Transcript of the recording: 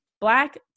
black